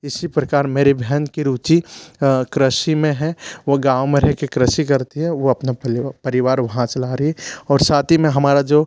इसी प्रकार मेरी भहन की रुचि कृषि में है वो गाँव मे रह कर कृषि करती है वो अपना परिवार वहाँ चला रही है और साथ ही में हमारा जो